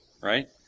right